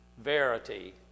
Verity